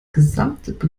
gesamte